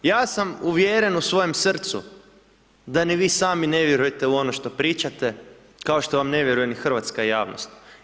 Ja sam uvjeren u svojem srcu da ni vi sami ne vjerujete u ono što pričate, kao što vam ne vjeruje ni hrvatska javnost.